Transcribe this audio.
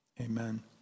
Amen